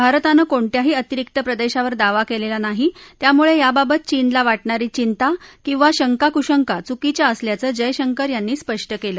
भारतानं कोणत्याही अतिरिक्त प्रदेशावर दावा केलेला नाही त्यामुळे याबाबत चीनला वाटणारी चिंता किंवा शंका कुशंका चुकीच्या असल्याचं जयशंकर यांनी स्पष्ट केलं